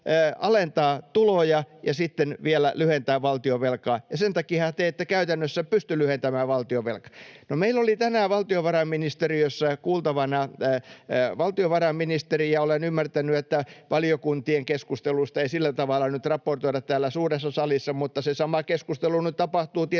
alentaa tuloja ja sitten vielä lyhentää valtionvelkaa. Sen takiahan te ette käytännössä pysty lyhentämään valtionvelkaa. No, meillä oli tänään valtiovarainvaliokunnassa kuultavana valtiovarainministeri. Olen ymmärtänyt, että valiokuntien keskusteluista ei sillä tavalla nyt raportoida täällä suuressa salissa, mutta se sama keskustelu nyt tapahtuu tietysti